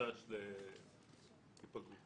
חשש להיפגעות.